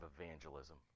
evangelism